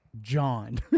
John